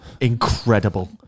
incredible